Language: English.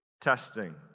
testing